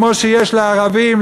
כמו שיש לערבים,